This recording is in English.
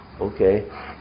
Okay